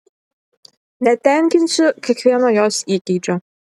netenkinsiu kiekvieno jos įgeidžio